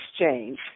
exchange